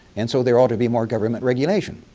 and so there ought to be more government regulation.